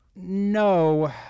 No